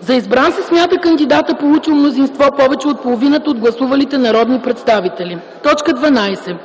За избран се смята кандидатът, получил мнозинство повече от половината от гласувалите народни представители. 12.